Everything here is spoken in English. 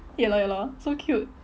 ya lor ya lor so cute